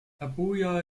abuja